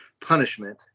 punishment